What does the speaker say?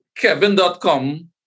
Kevin.com